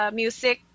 music